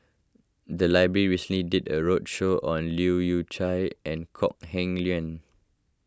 the library recently did a roadshow on Leu Yew Chye and Kok Heng Leun